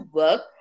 work